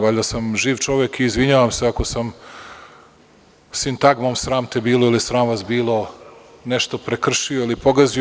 Valjda sam živ čovek i izvinjavam se ako sam sintagmom „sram te bilo“ ili „sram vas bilo“ nešto prekršio ili pogazio.